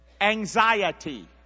Anxiety